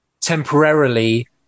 temporarily